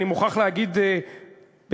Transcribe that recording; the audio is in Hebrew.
אני מוכרח להגיד נדיר,